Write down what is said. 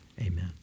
Amen